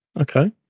Okay